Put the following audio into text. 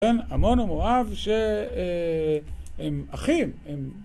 עמון ומואב שהם אחים, הם...